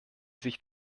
sich